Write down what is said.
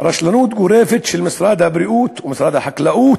רשלנות גורפת של משרד הבריאות ומשרד החקלאות,